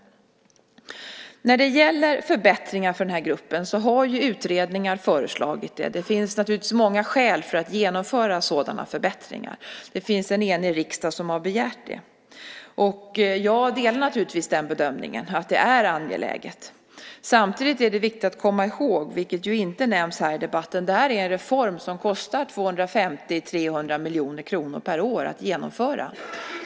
Utredningar har föreslagit förbättringar för den här gruppen. Det finns naturligtvis många skäl för att genomföra sådana förbättringar. Det finns en enig riksdag som har begärt det. Jag delar naturligtvis bedömningen att det är angeläget. Samtidigt är det viktigt att komma ihåg, vilket inte nämns i debatten, att det här är en reform som kostar 250-300 miljoner kronor per år att genomföra.